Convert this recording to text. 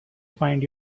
find